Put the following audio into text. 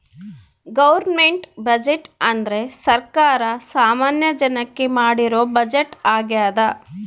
government budget ಅಂದ್ರೆ ಸರ್ಕಾರ ಸಾಮಾನ್ಯ ಜನಕ್ಕೆ ಮಾಡಿರೋ ಬಜೆಟ್ ಆಗ್ಯದ